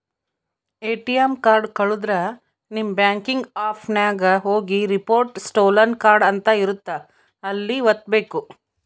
ATM card ಕಳುದ್ರೆ ನಿಮ್ banking app ನಾಗ ಹೋಗಿ ರಿಪೋರ್ಟ್ ಸ್ಟೋಲನ್ ಕಾರ್ಡ್ ಅಂತ ಇರುತ್ತ ಅಲ್ಲಿ ವತ್ತ್ಬೆಕು